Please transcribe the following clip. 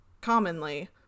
commonly